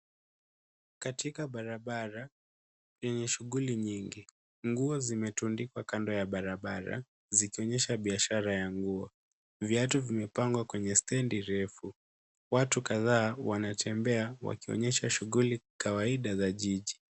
Katika barabara yenye shughuli nyingi, nguo zimetundikwa kando ya barabara zikionyesha biashara ya nguo. Viatu vimepangwa kwenye stendi ndefu . Watu kadhaa wanatembea wakionyesha shughuli kawaida za jiji.